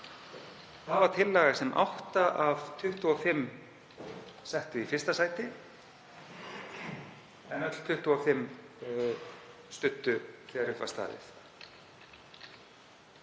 Það var tillaga sem átta af 25 settu í 1. sæti en öll 25 studdu þegar upp var staðið.